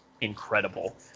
incredible